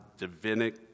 divinic